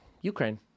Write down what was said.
Ukraine